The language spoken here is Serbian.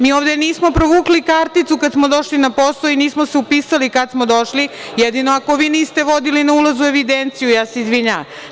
Mi ovde nismo provukli karticu kada smo došli na posao i nismo se upisali kada smo došli, jedino ako vi niste vodili na ulazu evidenciju, ja se izvinjavam.